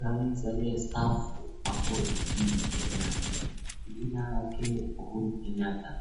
rais aliyestaafu nchini Kenya, jina lake Uhuru Kenyatta.